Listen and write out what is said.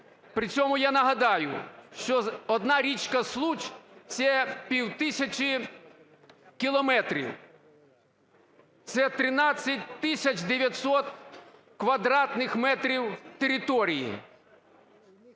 При цьому, я нагадаю, що одна річка Случ – це півтисячі кілометрів, це 13 тисяч 900 квадратних метрів території.